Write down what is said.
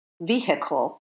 vehicle